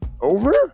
Over